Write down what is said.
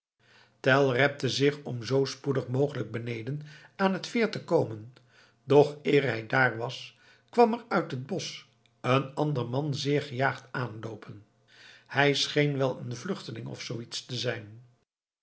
tell repte zich om zoo spoedig mogelijk beneden aan het veer te komen doch eer hij daar was kwam er uit het bosch een ander man zeer gejaagd aanloopen hij scheen wel een vluchteling of zoo iets te zijn